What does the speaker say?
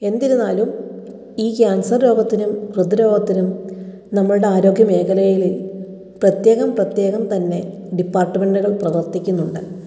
എന്നിരുന്നാലും ഈ ക്യാൻസർ രോഗത്തിനും ഹൃദ്രോഗത്തിനും നമ്മളുടെ ആരോഗ്യ മേഖലയിൽ പ്രത്യേകം പ്രത്യേകം തന്നെ ഡിപ്പാർട്ട്മെൻ്റുകൾ പ്രവർത്തിക്കുന്നുണ്ട്